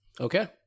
okay